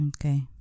Okay